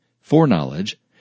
foreknowledge